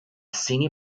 senior